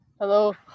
Hello